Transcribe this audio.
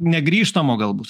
negrįžtamo galbūt